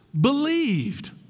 believed